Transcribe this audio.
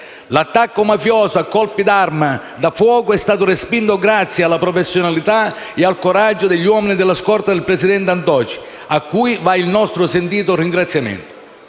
L'attacco mafioso a colpi d'arma da fuoco è stato respinto grazie alla professionalità e al coraggio degli uomini della scorta del presidente Antoci, a cui va il nostro sentito ringraziamento.